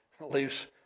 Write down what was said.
leaves